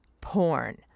porn